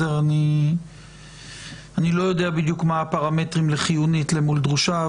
אני לא יודע בדיוק מה הפרמטרים לחיונית למול דרושה,